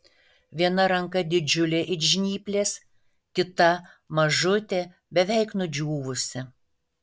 viena ranka didžiulė it žnyplės kita mažutė beveik nudžiūvusi